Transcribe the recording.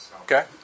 Okay